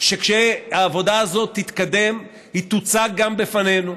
שכשהעבודה הזאת תתקדם היא תוצג גם בפנינו,